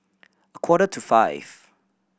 a quarter to five